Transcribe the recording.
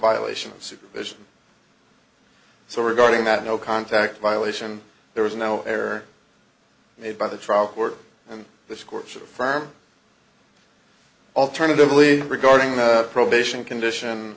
violation of supervision so regarding that no contact violation there was no air made by the trial court and the scorcher firm alternatively regarding the probation condition